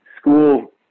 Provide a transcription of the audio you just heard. school